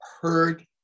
heard